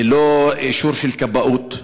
ללא אישור של כבאות.